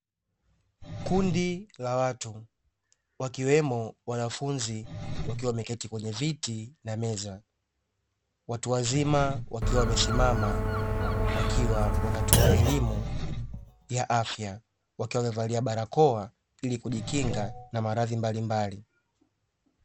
Kundi la watu wakiwemo wanafunzi wakiwa wameketi kwenye viti na meza, watu wazima wakiwa wamesimama wakiwa wanatoa elimu ya afya, wakiwa wamevalia barakoa ili kujikinga na maradhi mbalimbali.